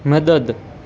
મદદ